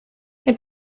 het